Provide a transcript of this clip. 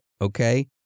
okay